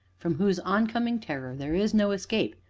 from whose oncoming terror there is no escape,